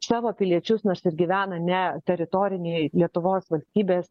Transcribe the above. savo piliečius nors ir gyvena ne teritorinėj lietuvos valstybės